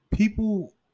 People